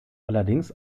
allerdings